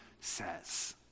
says